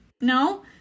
No